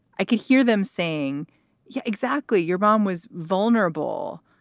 i could hear them saying yeah exactly your mom was vulnerable.